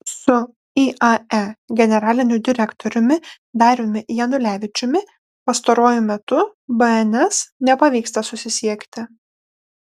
su iae generaliniu direktoriumi dariumi janulevičiumi pastaruoju metu bns nepavyksta susisiekti